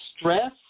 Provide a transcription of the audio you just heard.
Stress